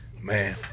Man